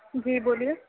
جی بولیے